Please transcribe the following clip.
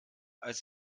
als